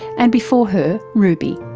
and before her ruby.